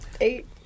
eight